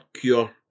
cure